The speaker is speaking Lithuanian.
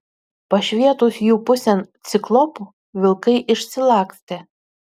pašvietus jų pusėn ciklopu vilkai išsilakstė